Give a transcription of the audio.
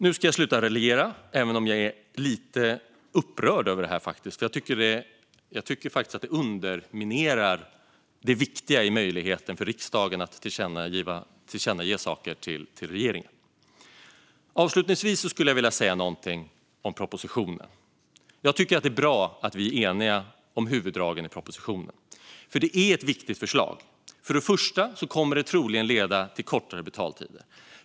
Nu ska jag sluta att raljera, även om jag är lite upprörd. Jag tycker faktiskt att detta underminerar den viktiga möjligheten för riksdagen att göra ett tillkännagivande till regeringen. Avslutningsvis vill jag säga något om propositionen. Det är bra att vi är eniga om huvuddragen i propositionen. Det är ett viktigt förslag. För det första kommer förslaget troligen att leda till kortare betaltider.